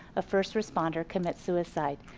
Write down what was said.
a first responder commits suicide.